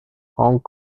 hong